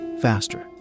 faster